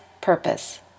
purpose